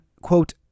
quote